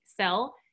sell